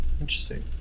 Interesting